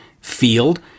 field